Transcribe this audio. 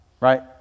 Right